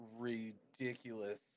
ridiculous